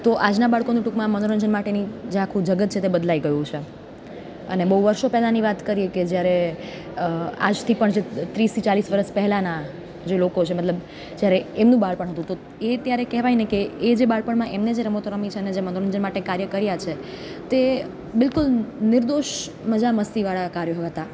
તો આજનાં બાળકોને ટૂંકમાં મનોરંજન માટેની જે આખું જગત છે તે બદલાઈ ગયું છે અને બહું વર્ષો પહેલાંની વાત કરીએ કે જ્યારે આજથી પણ જે ત્રીસથી ચાળીસ વર્ષ પહેલાનાં જે લોકો છે મતલબ જ્યારે એમનું બાળપણ હતું તો એ ત્યારે કહેવાયને કે એ જે બાળપણમાં એમણે જે રમતો રમી છે ને જે મનોરંજન માટે કાર્ય કર્યા છે તે બિલકુલ નિર્દોષ મજા મસ્તીવાળા કાર્યો હતાં